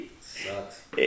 Sucks